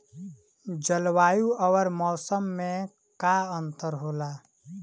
जलवायु और मौसम में का अंतर होला?